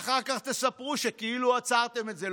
ואחר כך תספרו שכאילו עצרתם את זה,